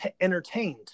entertained